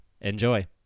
Enjoy